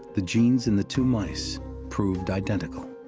the genes in the two mice proved identical.